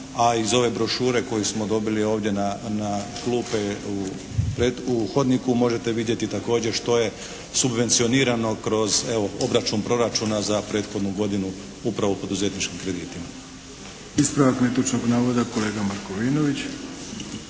a iz ove brošure koju smo dobili ovdje na klupe u hodniku možete vidjeti također što je subvencionirano kroz evo obračun proračuna za prethodnu godinu upravo poduzetničkim kreditima. **Arlović, Mato (SDP)** Ispravak netočnog navoda, kolega Markovinović.